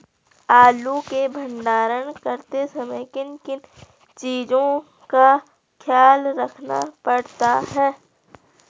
आलू के भंडारण करते समय किन किन चीज़ों का ख्याल रखना पड़ता है?